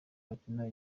gukina